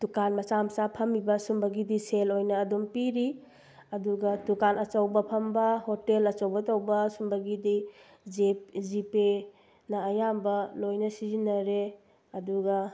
ꯗꯨꯀꯥꯟ ꯃꯆꯥ ꯃꯆꯥ ꯐꯝꯃꯤꯕ ꯁꯤꯒꯨꯝꯕꯒꯤꯗꯤ ꯁꯦꯜ ꯑꯣꯏꯅ ꯑꯗꯨꯝ ꯄꯤꯔꯤ ꯑꯗꯨꯒ ꯗꯨꯀꯥꯟ ꯑꯆꯧꯕ ꯐꯝꯕ ꯍꯣꯇꯦꯜ ꯑꯆꯧꯕ ꯇꯧꯕ ꯁꯨꯝꯕꯒꯤꯗꯤ ꯖꯤ ꯄꯦ ꯅ ꯑꯌꯥꯝꯕ ꯂꯣꯏꯅ ꯁꯤꯖꯤꯟꯅꯔꯦ ꯑꯗꯨꯒ